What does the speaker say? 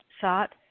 sought